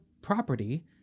property